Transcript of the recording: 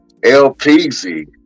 LPZ